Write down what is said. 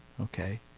Okay